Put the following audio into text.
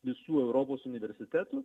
visų europos universitetų